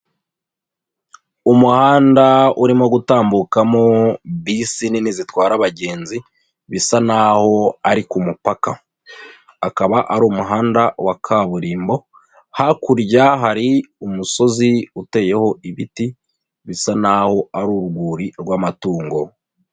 Umuhanda urimo gutambukamo bisi nini zitwara abagenzi bisa naho ari ku mupaka, akaba ari umuhanda wa kaburimbo, hakurya hari umusozi uteyeho ibiti bisa naho ari urwuri rw'amatungo.